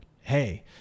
hey